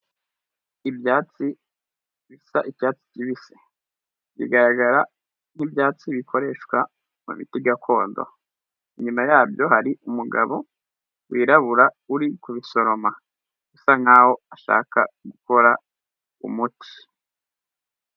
Ibyatsi bisa icyatsi kibisi bigaragara nk'ibyatsi bikoreshwa mu biti gakondo inyuma yabyo hari umugabo wirabura uri kubisoroma usa nkaho ashaka gukora umuti.